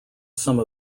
some